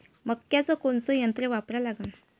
मक्याचं कोनचं यंत्र वापरा लागन?